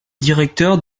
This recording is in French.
directeurs